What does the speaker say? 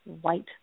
white